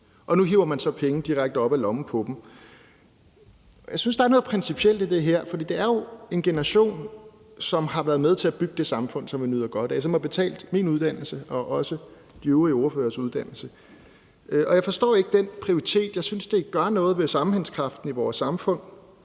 Nu hiver man så penge direkte op af lommen på dem. Jeg synes, der er noget principielt i det her, for det er jo en generation, som har været med til at bygge det samfund, som vi nyder godt af, og som har betalt min uddannelse og også de øvrige partilederes uddannelse, og jeg forstår ikke den prioritering. Jeg synes, det gør noget ved sammenhængskraften i vores samfund,